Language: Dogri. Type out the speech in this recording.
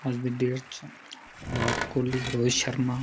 अज्ज दी डेट च विराट कोहली रोहित शर्मा